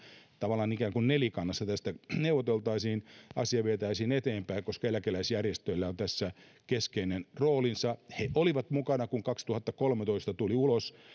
tavallaan ikään kuin nelikannassa tästä neuvoteltaisiin asia vietäisiin eteenpäin koska eläkeläisjärjestöillä on tässä keskeinen roolinsa he olivat mukana kun kaksituhattakolmetoista tuli ulos